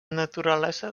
naturalesa